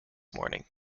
morning